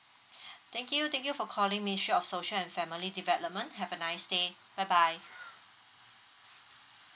thank you thank you for calling ministry of social and family development have a nice day bye bye